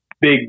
big